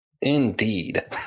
Indeed